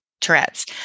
Tourette's